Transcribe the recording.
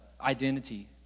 identity